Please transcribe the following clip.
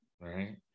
right